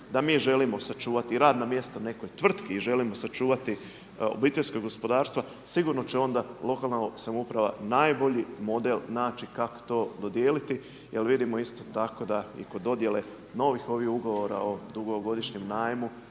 da mi želimo sačuvati i radna mjesta nekoj tvrtki i želimo sačuvati obiteljska gospodarstva sigurno će onda lokalna samouprava najbolji model način kako to dodijeliti jer vidimo isto tako da i kod dodjele novih ovih ugovora o dugogodišnjem najmu